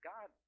God